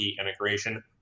integration